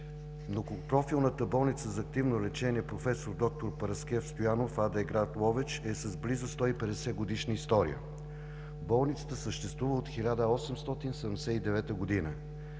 Многопрофилната болница за активно лечение „Професор д-р Параскев Стоянов“ АД – град Ловеч, е с близо 150-годишна история. Болницата съществува от 1879 г.